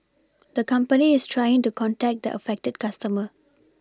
the company is trying to contact the affected customer